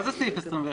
מה זה סעיף 21?